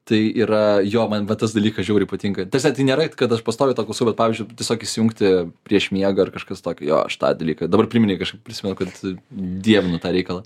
tai yra jo man va tas dalykas žiauriai patinka ta prasme tai nėra kad aš pastoviai tą klausau bet pavyzdžiui tiesiog įsijungti prieš miegą ar kažkas tokio jo aš tą dalyką dabar priminei kažkaip prisimenu kad dievinu tą reikalą